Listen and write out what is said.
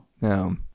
No